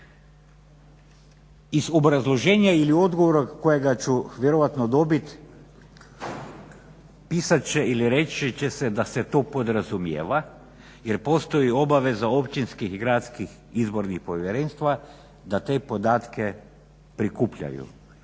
Iz obrazloženja ili odgovora kojega ću vjerojatno dobit pisat će ili reći će se da se to podrazumijeva, jer postoji obaveza općinskih i gradskih izbornih povjerenstava da te podatke prikupljaju